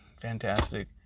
fantastic